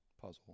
puzzle